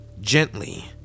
gently